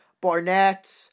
Barnett